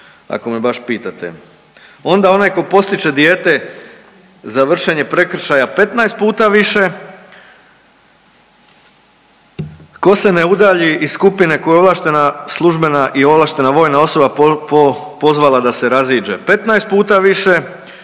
ako me baš pitate. Onda onaj tko podstiče dijete za vršenje prekršaja 15 puta više. Tko se ne udalji iz skupine kojoj ovlaštena službena i ovlaštena osoba pozvala da se raziđe 15 puta više.